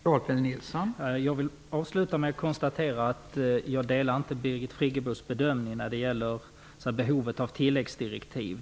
Fru talman! Jag vill avsluta den här debatten med att konstatera att jag inte delar Birgit Friggebos bedömning av behovet om tilläggsdirektiv.